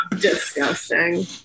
Disgusting